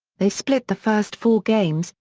they split the first four games,